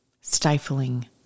stifling